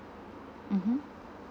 mmhmm